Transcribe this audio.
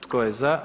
Tko je za?